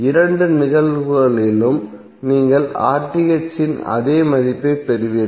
இரண்டு நிகழ்வுகளிலும் நீங்கள் இன் அதே மதிப்பைப் பெறுவீர்கள்